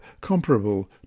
comparable